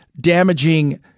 damaging